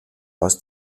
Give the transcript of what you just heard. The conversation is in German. aus